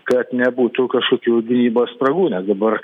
kad nebūtų kažkokių gynybos spragų nes dabar